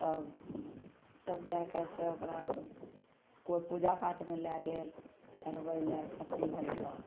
तब तब जाके से ओकरा कोइ पूजा पाठमे लै गेल चढ़बै लऽ खस्सी बलिके